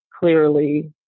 clearly